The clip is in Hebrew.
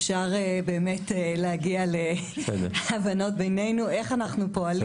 אפשר באמת להגיע להבנות בינינו איך אנחנו פועלים